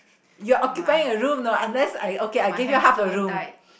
you're occupying a room know unless I okay I give you half a room